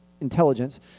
intelligence